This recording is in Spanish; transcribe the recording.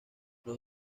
los